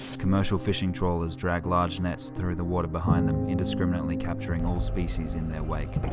commercial fishing trawlers drag large nets through the water behind them, indiscriminately capturing all species in their wake.